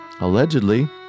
Allegedly